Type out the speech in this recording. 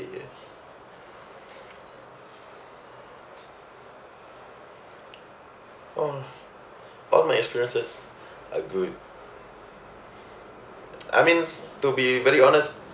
all all my experiences are good I mean to be very honest